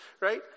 Right